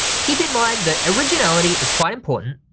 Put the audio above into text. keep in mind that originality is quite important.